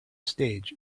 stage